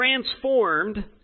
transformed